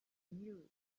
knew